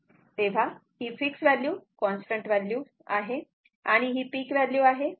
तेव्हा ही fix value constant value आहे आणि ही पिक व्हॅल्यू आहे